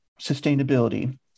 sustainability